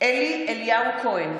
אלי כהן,